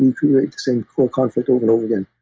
and create the same core conflict over and over again.